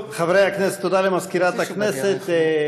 טוב, חברי הכנסת, תודה למזכירת הכנסת.